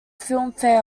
filmfare